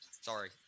Sorry